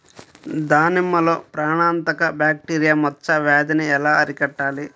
దానిమ్మలో ప్రాణాంతక బ్యాక్టీరియా మచ్చ వ్యాధినీ ఎలా అరికట్టాలి?